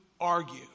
argue